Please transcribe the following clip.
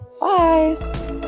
Bye